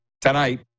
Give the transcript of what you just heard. tonight